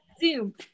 Zoom